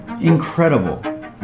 incredible